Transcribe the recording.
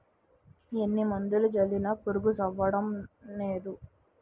ఎన్ని మందులు జల్లినా పురుగు సవ్వడంనేదు